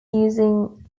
using